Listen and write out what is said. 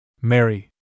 Mary